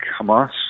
Hamas